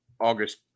August